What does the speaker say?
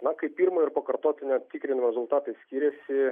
na kai pirmo ir pakartotinio tikrinimo rezultatai skiriasi